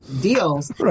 deals